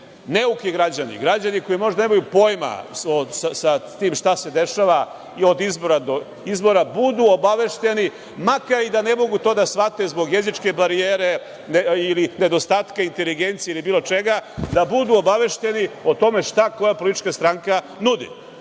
neuki građani, građani koji možda nemaju pojma sa tim šta se dešava od izbora do izbora, budu obavešteni, makar i da ne mogu to da shvate zbog jezičke barijere ili nedostatka inteligencije ili bilo čega, da budu obavešteni o tome šta koja politička stranka nudi